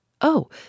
Oh